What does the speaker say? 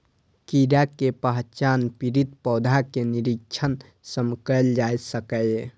कीड़ा के पहचान पीड़ित पौधा के निरीक्षण सं कैल जा सकैए